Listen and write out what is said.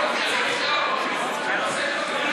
הוא עושה את זה בכוונה.